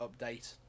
update